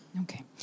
Okay